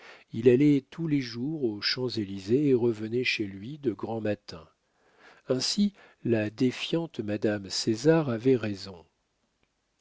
il allait tous les jours aux champs-élysées et revenait chez lui de grand matin ainsi la défiante madame césar avait raison